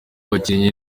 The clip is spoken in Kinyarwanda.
bakinnyi